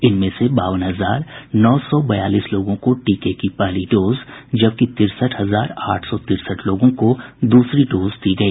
इनमें से बावन हजार नौ सौ बयालीस लोगों को टीके की पहली डोज जबकि तिरसठ हजार आठ सौ तिरसठ लोगों को दूसरी डोज दी गई